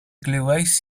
glywais